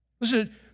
Listen